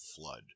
flood